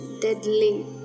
deadly